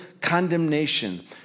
condemnation